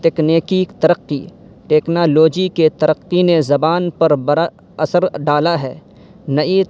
تکنیکی ترقی ٹیکنالوجی کے ترقی نے زبان پر برا اثر ڈالا ہے نئی